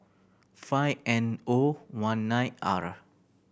five N O one nine R